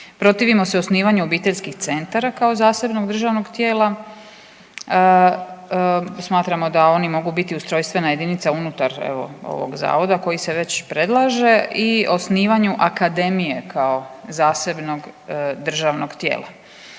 Protivimo se osnivanju obiteljskih centara kao zasebnog državnog tijela. Smatramo da oni mogu biti ustrojstvena jedinica unutar evo ovog zavoda koji se već predlaže i osnivanju akademije kao zasebnog državnog tijela.